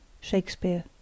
Shakespeare